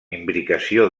imbricació